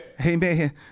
Amen